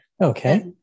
Okay